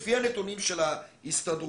לפי הנתונים של ההסתדרות.